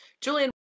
Julian